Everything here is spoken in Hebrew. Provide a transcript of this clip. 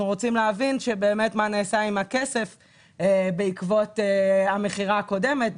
רוצים להבין באמת מה נעשה עם הכסף בעקבות המכירה הקודמת,